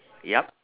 yup